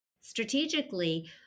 strategically